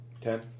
Ten